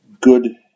good